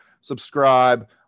subscribe